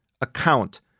account